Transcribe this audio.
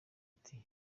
ati